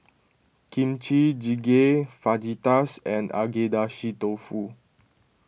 Kimchi Jjigae Fajitas and Agedashi Dofu